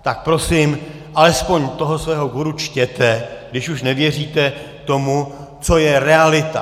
Tak prosím alespoň toho svého guru čtěte, když už nevěříte tomu, co je realita.